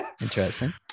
interesting